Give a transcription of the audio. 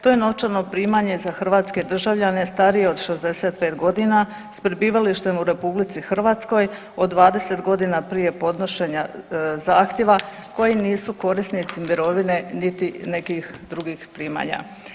To je novčano primanje za hrvatske državljane, starije od 65 godina s prebivalištem u RH od 20 godina prije podnošenja zahtijeva koji nisu korisnici mirovine niti nekih drugih primanja.